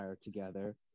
together